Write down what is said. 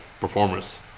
performance